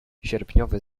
sierpniowy